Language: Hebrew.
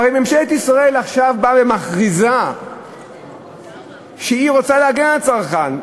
הרי ממשלת ישראל עכשיו באה ומכריזה שהיא רוצה להגן על הצרכן,